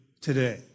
today